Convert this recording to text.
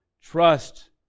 Trust